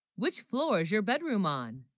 which floors your bedroom on?